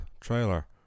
trailer